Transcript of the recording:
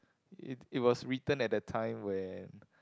it it was written at a time when